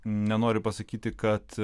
nenoriu pasakyti kad